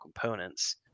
components